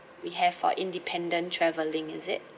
we have for independent travelling is it